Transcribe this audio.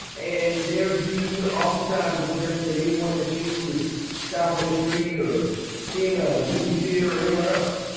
and their views are oftentimes no different than anyone that you would stop on the street or see in a movie theater or anywhere else